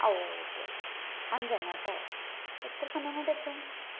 ആ okay okay okay അഞ്ചെണ്ണം കേട്ടോ എത്ര സമയംകൊണ്ട് എത്തും